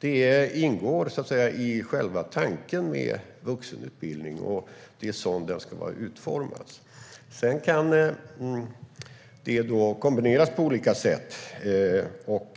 Det ingår, så att säga, i själva tanken med vuxenutbildning. Det är så den ska vara utformad. Sedan kan det kombineras på olika sätt.